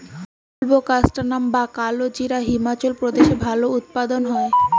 বুলবোকাস্ট্যানাম বা কালোজিরা হিমাচল প্রদেশে ভালো উৎপাদন হয়